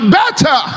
better